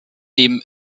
dem